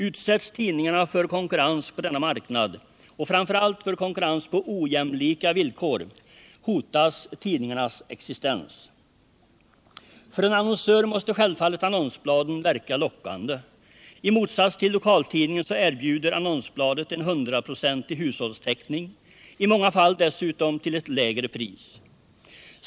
Utsätts tidningarna för konkurrens på denna marknad — och framför allt för konkurrens på ojämlika villkor — hotas tidningarnas existens. För en annonsör måste självfallet annonsbladen verka lockande. I motsats till lokaltidningen erbjuder annonsbladet en 100-procentig hushållstäckning — i många fall dessutom till ett lägre pris.